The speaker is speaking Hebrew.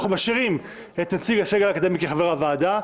אנחנו משאירים את נציג הסגל האקדמי כחבר הוועדה,